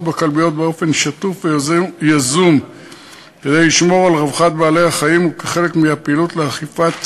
באופן שוטף ויזום כדי לשמור על רווחת בעלי-החיים וכחלק מהפעילות לאכיפת